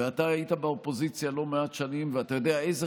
ואתה היית באופוזיציה לא מעט שנים ואתה יודע איזו